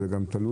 זה גם תלוי,